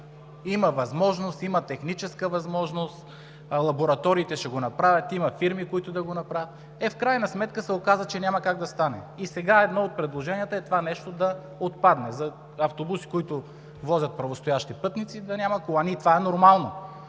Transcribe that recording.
има възможност, има техническа възможност, лабораториите ще го направят – има фирми, които да го направят.“ В крайна сметка се оказа, че няма как да стане. Сега едно от предложенията е това нещо да отпадне за автобуси, които возят правостоящи пътници – да няма колани, и това е нормално.